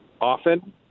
often